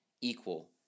equal